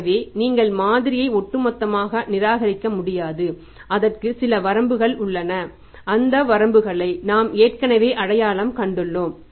எனவே நீங்கள் மாதிரியை ஒட்டுமொத்தமாக நிராகரிக்க முடியாது அதற்கு சில வரம்புகள் உள்ளன அந்த வரம்புகளை நாம் ஏற்கனவே அடையாளம் கண்டுள்ளோம்